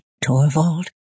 Torvald